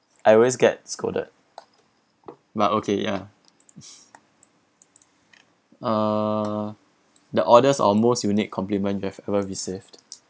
I always get scolded but okay ya uh the oddest or most unique compliment you've ever received